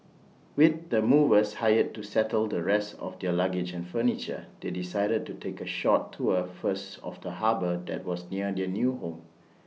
with the movers hired to settle the rest of their luggage and furniture they decided to take A short tour first of the harbour that was near their new home